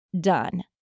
done